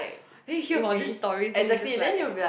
then we hear about this story then you just like